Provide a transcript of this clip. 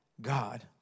God